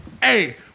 Hey